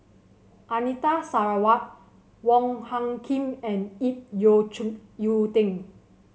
Anita Sarawak Wong Hung Khim and Ip Yiu Tung